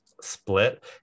split